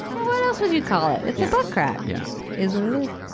yeah, what else would you call it? it's a butt crack. yeah is what it is.